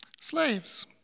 Slaves